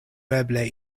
eble